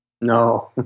No